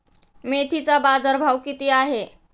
मेथीचा बाजारभाव किती आहे?